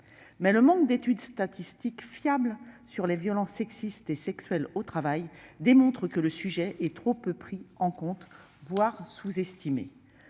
le manque d'études statistiques fiables sur les violences sexistes et sexuelles au travail démontre que le sujet est trop peu pris en compte, voire sous-estimé.